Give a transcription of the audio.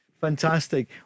Fantastic